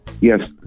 Yes